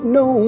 no